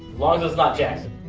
long as it's not jackson.